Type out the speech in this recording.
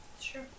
Sure